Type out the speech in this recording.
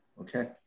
Okay